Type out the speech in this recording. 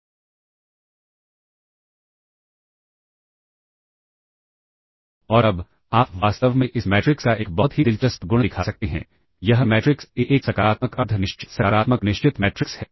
और अब आप वास्तव में इस मैट्रिक्स का एक बहुत ही दिलचस्प गुण दिखा सकते हैं यह मैट्रिक्स ए एक सकारात्मक अर्ध निश्चित सकारात्मक निश्चित मैट्रिक्स है